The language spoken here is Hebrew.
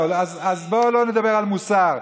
אז בואו לא נדבר על מוסר.